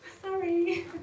sorry